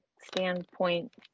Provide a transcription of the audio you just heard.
standpoint